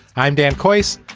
i'm dan quayle.